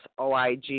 OIG